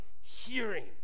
hearing